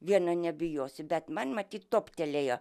viena nebijosi bet man matyt toptelėjo